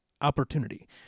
opportunity